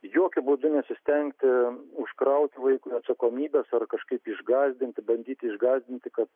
jokiu būdu nesistengti užkrauti vaikui atsakomybės ar kažkaip išgąsdinti bandyti išgaudyti kad